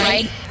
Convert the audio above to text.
Right